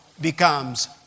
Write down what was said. becomes